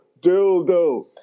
dildo